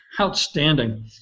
Outstanding